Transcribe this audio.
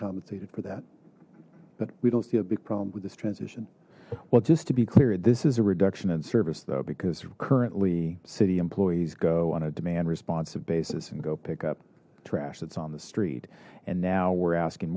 compensated for that but we don't see a big problem with this transition well just to be clear this is a reduction in service though because currently city employees go on atom and responsive basis and go pick up trash that's on the street and now we're asking